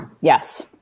Yes